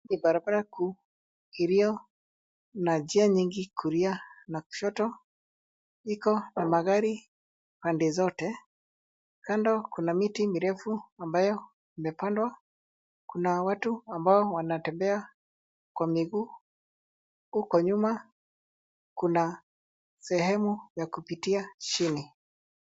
Barabara kuu iliyo na njia nyingi kulia na kushoto iko na magari pande zote. Kando, kuna miti mirefu ambayo imepandwa. Kuna watu ambao wanatembea kwa miguu. Huko nyuma kuna sehemu ya kupitia chini.